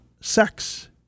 sex